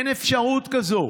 אין אפשרות כזאת,